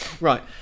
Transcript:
right